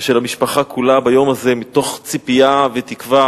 של המשפחה כולה ביום הזה, מתוך ציפייה ותקווה